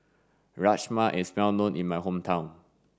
rajma is well known in my hometown